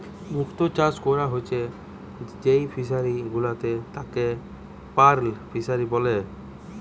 মুক্ত চাষ কোরা হচ্ছে যেই ফিশারি গুলাতে তাকে পার্ল ফিসারী বলছে